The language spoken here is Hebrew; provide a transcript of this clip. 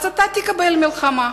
אתה תקבל מלחמה.